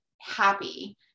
happy